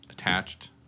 Attached